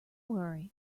worry